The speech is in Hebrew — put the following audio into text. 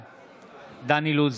בעד דן אילוז,